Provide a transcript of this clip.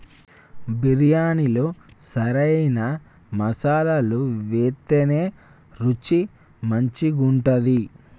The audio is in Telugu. బిర్యాణిలో సరైన మసాలాలు వేత్తేనే రుచి మంచిగుంటది